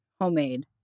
Homemade